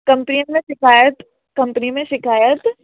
company में शिकायत company में शिकायत